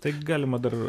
tai galima dar